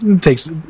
takes